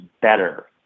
better